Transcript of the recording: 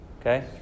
Okay